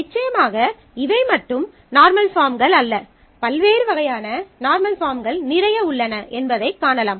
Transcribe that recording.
நிச்சயமாக இவை மட்டும் நார்மல் பாஃர்ம்கள் அல்ல பல்வேறு வகையான நார்மல் பாஃர்ம்கள் நிறைய உள்ளன என்பதைக் காணலாம்